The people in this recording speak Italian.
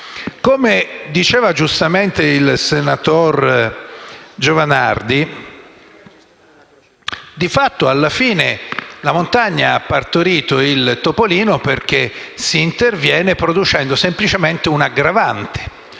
Come diceva giustamente il senatore Giovanardi, di fatto alla fine la montagna ha partorito un topolino perché si interviene producendo semplicemente un'aggravante